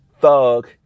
thug